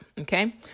Okay